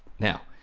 now,